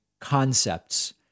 concepts